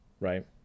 right